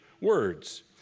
words